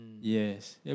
Yes